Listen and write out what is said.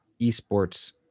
esports